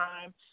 time